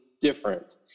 different